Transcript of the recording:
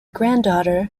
granddaughter